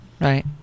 right